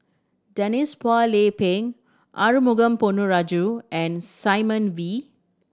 Denise Phua Lay Peng Arumugam Ponnu Rajah and Simon Wee